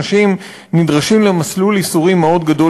אנשים נדרשים למסלול ייסורים מאוד גדול